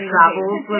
travels